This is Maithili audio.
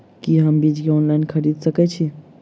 की हम बीज केँ ऑनलाइन खरीदै सकैत छी?